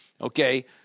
okay